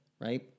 Right